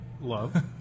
Love